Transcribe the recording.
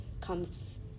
comes